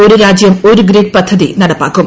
ഒരു രാജ്യം ഒരു ഗ്രിഡ് പദ്ധതി നടപ്പാക്കും